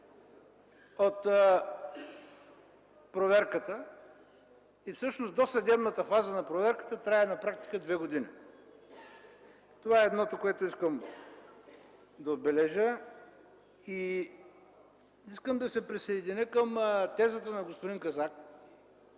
от проверката и всъщност досъдебната фаза на проверката трае на практика две години. Това е едното, което искам да отбележа. Искам да се присъединя към тезата на господин Казак,